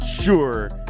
sure